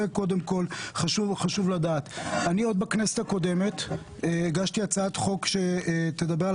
אני בכנסת הקודמת הגשתי הצעת חוק שתדבר על